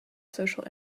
social